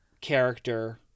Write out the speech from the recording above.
character